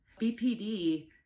BPD